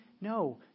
No